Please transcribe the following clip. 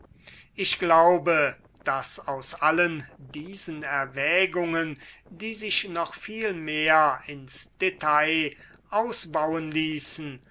ich glaube daß aus allen diesen erwägungen die sich noch viel mehr ins detail ausbauen ließen